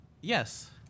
Yes